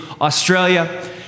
Australia